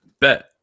Bet